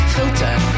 Filter